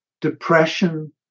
depression